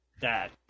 Dad